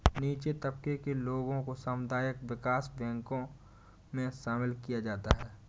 नीचे तबके के लोगों को सामुदायिक विकास बैंकों मे शामिल किया जाता है